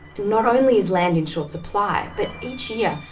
not only is land in short supply, but each year,